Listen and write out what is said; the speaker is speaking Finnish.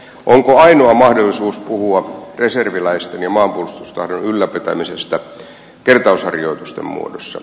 onko ainoa mahdollisuus puhua reserviläisten ja maanpuolustustahdon ylläpitämisestä kertausharjoitusten muodossa